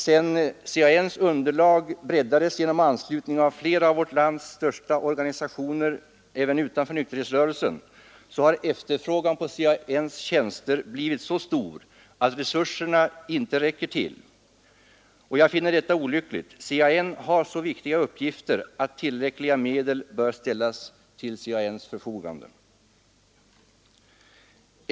Sedan CAN:s underlag breddades genom anslutning av flera av vårt lands största organisationer — även utanför nykterhetsrörelsen — har efterfrågan på CAN:s tjänster blivit så stor att resurserna inte räcker till. Jag finner detta olyckligt. CAN har så viktiga uppgifter att tillräckliga medel bör ställas till förfogande.